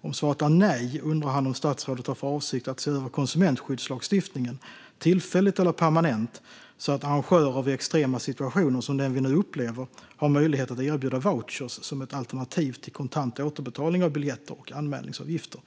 Om svaret är nej undrar han om statsrådet har för avsikt att se över konsumentskyddslagstiftningen, tillfälligt eller permanent, så att arrangörer vid extrema situationer som den vi nu upplever har möjlighet att erbjuda vouchrar som ett alternativ till kontant återbetalning av biljetter och anmälningsavgifter.